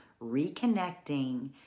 reconnecting